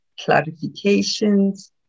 Clarifications